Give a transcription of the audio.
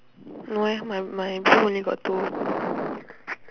no eh my my room only got two